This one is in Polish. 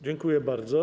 Dziękuję bardzo.